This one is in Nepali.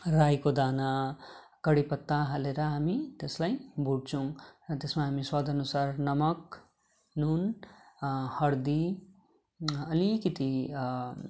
रायोको दाना कडी पत्ता हालेर हामी त्यसलाई भुट्छौँ र त्यसमा हामी स्वाद अनुसार नमक नुन हर्दी अलिकति